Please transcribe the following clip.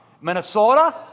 Minnesota